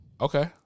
Okay